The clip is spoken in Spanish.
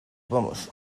vamos